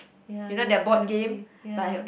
ya you were so happy ya